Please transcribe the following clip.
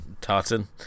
Tartan